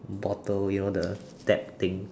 bottle you know the tap thing